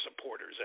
supporters